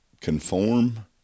conform